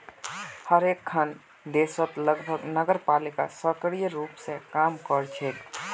हर एकखन देशत लगभग नगरपालिका सक्रिय रूप स काम कर छेक